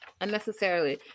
Unnecessarily